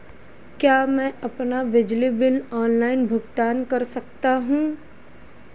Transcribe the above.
क्या मैं अपना बिजली बिल ऑनलाइन भुगतान कर सकता हूँ?